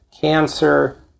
cancer